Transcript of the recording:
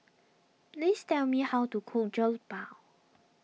please tell me how to cook Jokbal